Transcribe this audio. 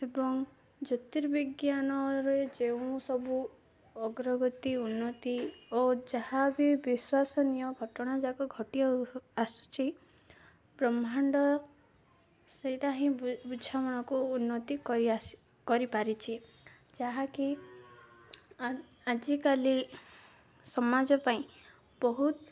ଏବଂ ଜ୍ୟୋତିର୍ବିଜ୍ଞାନରେ ଯେଉଁ ସବୁ ଅଗ୍ରଗତି ଉନ୍ନତି ଓ ଯାହା ବିି ବିଶ୍ୱାସନୀୟ ଘଟଣା ଯାକ ଘଟିିବା ଆସୁଛିି ବ୍ରହ୍ମାଣ୍ଡ ସେଇଟା ହିଁ ବୁଝାମଣାକୁ ଉନ୍ନତି କରିପାରିଛିି ଯାହାକି ଆଜିକାଲି ସମାଜ ପାଇଁ ବହୁତ